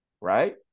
right